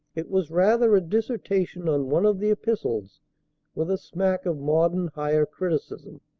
it was rather a dissertation on one of the epistles with a smack of modern higher criticism.